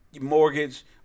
mortgage